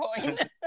point